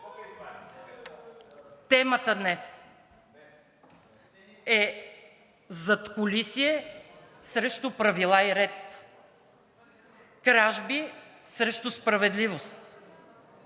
Темата днес е задкулисие срещу правила и ред, кражби срещу справедливост,